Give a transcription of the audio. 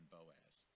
Boaz